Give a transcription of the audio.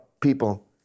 people